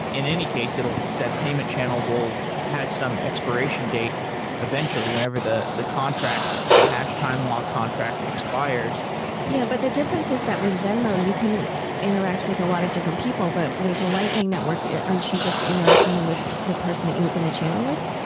in any case, that payment channel will have some expiration date eventually whenever the the contract, the hash time lock contract expires yeah, but the difference is that with venmo you can interact with a lot of different people, but with lightning network aren't you just interacting with the person that you open the channel with?